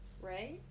Right